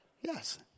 Yes